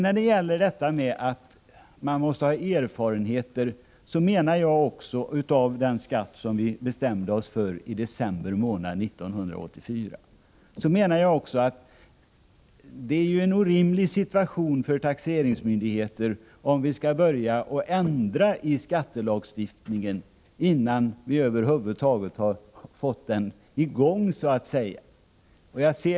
När jag säger att vi måste skaffa oss erfarenheter av den skatt som vi bestämde oss för i december 1984, menar jag att det skulle uppstå en orimlig situation för taxeringsmyndigheterna om skattelagstiftningen ändrades redan innan den över huvud taget hade börjat tillämpas.